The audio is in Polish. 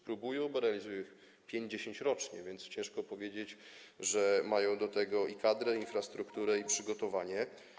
Próbują, bo realizują 5, 10 rocznie, więc ciężko powiedzieć, że mają do tego kadrę, infrastrukturę i przygotowanie.